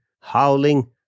howling